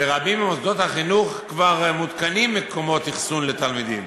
ברבים ממוסדות החינוך כבר מותקנים מקומות אחסון לתלמידים,